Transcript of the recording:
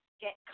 get